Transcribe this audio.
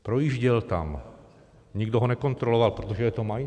Projížděl tam, nikdo ho nekontroloval, protože je to majitel.